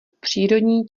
přírodní